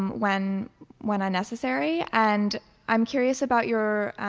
when when unnecessary. and i'm curious about your